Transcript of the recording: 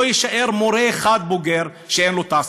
לא יישאר מורה בוגר אחד שאין לו תעסוקה.